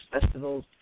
festivals